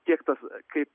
tiek tas kaip